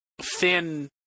thin